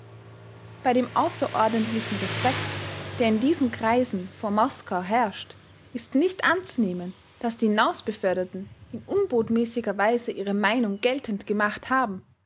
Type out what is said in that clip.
bei dem außerordentlichen respekt der in diesen kreisen vor moskau herrscht ist nicht anzunehmen daß die hinausbeförderten in unbotmäßiger weise ihre meinung geltend gemacht haben